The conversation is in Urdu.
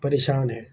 پریشان ہے